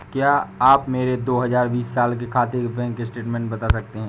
क्या आप मेरे दो हजार बीस साल के खाते का बैंक स्टेटमेंट बता सकते हैं?